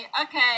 okay